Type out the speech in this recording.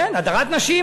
כן, הדרת נשים.